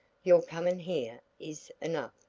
your coming here is enough,